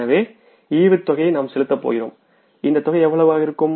எனவே டிவிடெண்ட் யை நாம் செலுத்தப் போகிறோம் இந்த தொகை எவ்வளவு இருக்கும்